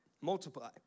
multiply